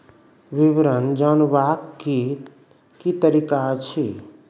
विवरण जानवाक की तरीका अछि?